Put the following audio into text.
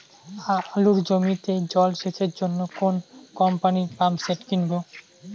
আলুর জমিতে জল সেচের জন্য কোন কোম্পানির পাম্পসেট কিনব?